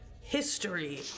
History